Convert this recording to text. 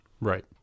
Right